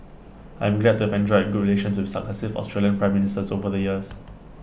I am glad to have enjoyed good relations with successive Australian Prime Ministers over the years